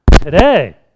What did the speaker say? Today